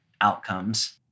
outcomes